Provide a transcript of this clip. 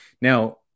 Now